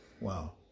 Wow